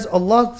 Allah